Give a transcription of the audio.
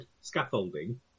scaffolding